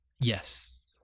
yes